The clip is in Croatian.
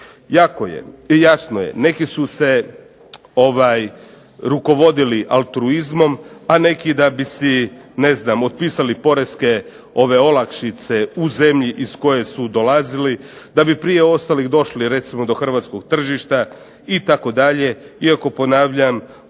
priznati. Jasno je, neki su se rukovodili altruizmom, a neki da bi si ne znam otpisali poreske olakšice u zemlji iz koje su dolazili, da bi prije ostalih došli recimo do hrvatskog tržišta itd., iako ponavljam